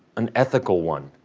an ethical one.